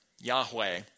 Yahweh